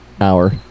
hour